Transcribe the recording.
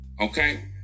okay